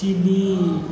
ಕಿಲಿ